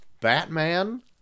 Batman